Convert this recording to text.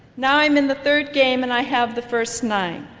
now i'm in the third game and i have the first nine.